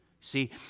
See